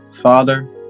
father